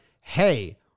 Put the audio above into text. hey